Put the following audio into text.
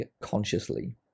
consciously